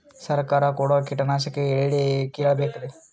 ಸರಕಾರ ಕೊಡೋ ಕೀಟನಾಶಕ ಎಳ್ಳಿ ಕೇಳ ಬೇಕರಿ?